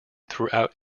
throughout